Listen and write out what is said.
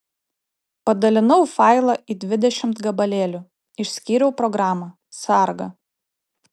padalinau failą į dvidešimt gabalėlių išskyriau programą sargą